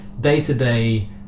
day-to-day